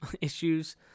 issues